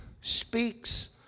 speaks